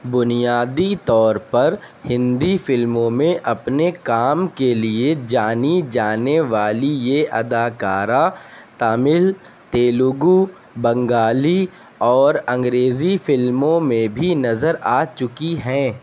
بنیادی طور پر ہندی فلموں میں اپنے کام کے لیے جانی جانے والی یہ اداکارہ تامل تیلگو بنگالی اور انگریزی فلموں میں بھی نظر آ چکی ہیں